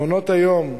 מעונות-היום,